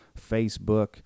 Facebook